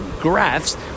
graphs